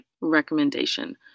recommendation